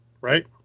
right